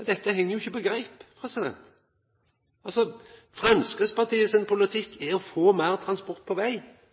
Dette heng jo ikkje på greip. Framstegspartiet sin politikk er å få meir transport på veg.